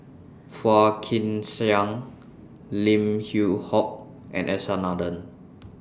Phua Kin Siang Lim Yew Hock and S R Nathan